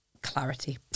clarity